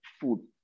food